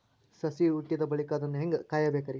ಸಸಿ ಹುಟ್ಟಿದ ಬಳಿಕ ಅದನ್ನು ಹೇಂಗ ಕಾಯಬೇಕಿರಿ?